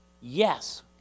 Yes